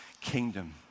kingdom